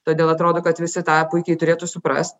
todėl atrodo kad visi tą puikiai turėtų suprast